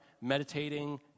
meditating